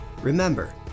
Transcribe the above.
Remember